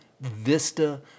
vista